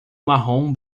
marrom